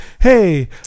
hey